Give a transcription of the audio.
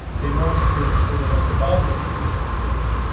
they mostly occur at the boundaries between plates.